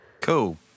Cool